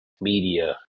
media